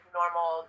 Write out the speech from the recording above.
normal